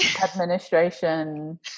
administration